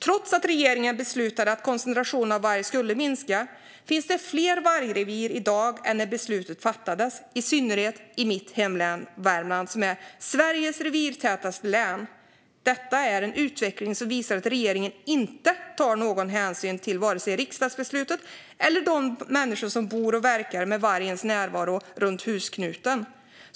Trots att regeringen beslutade att koncentrationen av varg skulle minska finns det fler vargrevir i dag än när beslutet fattades - i synnerhet i mitt hemlän Värmland, som är Sveriges revirtätaste län. Detta är en utveckling som visar att regeringen inte tar någon hänsyn till vare sig riksdagsbeslutet eller de människor som bor och verkar med vargens närvaro runt husknuten.